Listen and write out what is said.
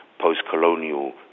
post-colonial